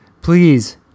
please